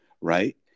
right